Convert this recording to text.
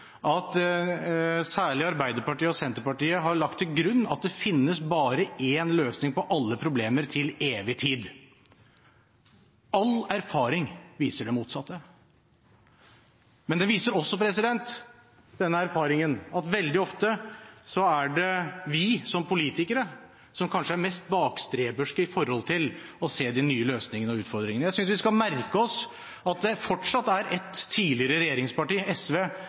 at særlig Arbeiderpartiet og Senterpartiet har lagt til grunn at det finnes bare én løsning på alle problemer til evig tid. All erfaring viser det motsatte. Men den erfaringen viser også at veldig ofte er det vi som politikere som kanskje er mest bakstreversk i forhold til å se de nye løsningene og utfordringene. Jeg synes vi skal merke oss at det fortsatt er et tidligere regjeringsparti, SV,